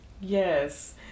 Yes